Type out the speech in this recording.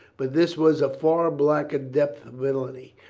but this was a far blacker depth of villainy.